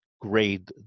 grade